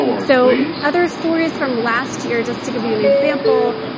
so other stories from last year, just to give you an example,